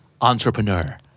Entrepreneur